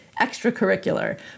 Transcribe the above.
extracurricular